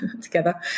Together